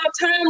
time